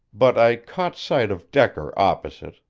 but i caught sight of decker opposite,